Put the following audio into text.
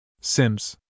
Sims